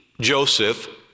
Joseph